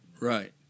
right